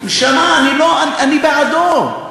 נשמה, אני בעדו.